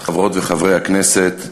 חברות וחברי הכנסת,